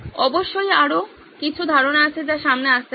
অবশ্যই আরো কিছু ধারনা আছে যা সামনে আসতে পারে